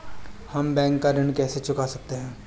हम बैंक का ऋण कैसे चुका सकते हैं?